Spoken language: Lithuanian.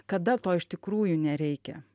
kada to iš tikrųjų nereikia